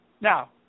Now